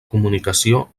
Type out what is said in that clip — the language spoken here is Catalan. comunicació